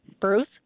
Bruce